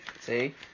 See